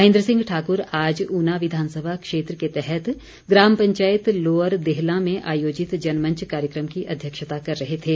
महेन्द्र सिंह ठाकुर आज ऊना विधानसभा क्षेत्र के तहत ग्राम पंचायत लोअर देहलां में आयोजित जनमंच कार्यक्रम की अध्यक्षता कर रहे थे